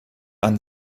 ein